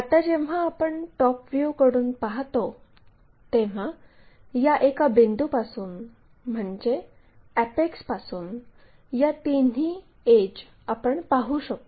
आता जेव्हा आपण टॉप व्ह्यूकडून पाहतो तेव्हा या एका बिंदूपासून म्हणजे अॅपेक्स पासून या तीनही एड्ज आपण पाहू शकतो